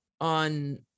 on